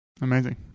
amazing